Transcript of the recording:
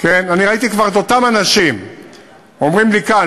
אני ראיתי כבר את אותם אנשים אומרים לי כאן,